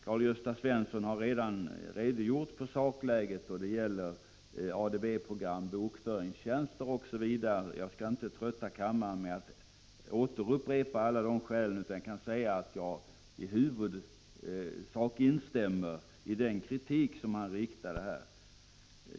Karl-Gösta Svenson har redan redogjort för sakläget när det gäller ADB-program, bokföringstjänster osv., och jag skall inte trötta kammaren med att upprepa alla dessa skäl. Jag instämmer i huvudsak i den kritik som han här framförde.